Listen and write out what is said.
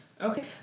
okay